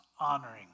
honoring